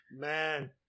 Man